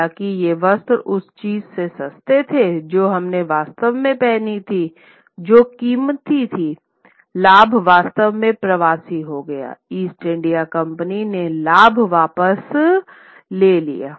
हालांकि ये वस्त्र उस चीज से सस्ते थे जो हमने वास्तव में पहनी थी जो कीमत थी लाभ वास्तव में प्रवासी हो गए ईस्ट इंडिया कंपनी ने लाभ वापस ले लिया